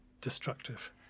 destructive